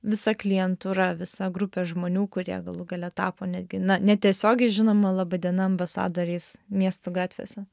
visa klientūra visa grupė žmonių kurie galų gale tapo netgi na netiesiogiai žinoma laba diena ambasadoriais miestų gatvėse